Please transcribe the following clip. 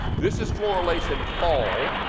this is floral lace and fall.